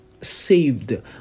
saved